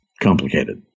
complicated